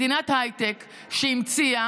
מדינת הייטק שהמציאה